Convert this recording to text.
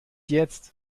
jetzt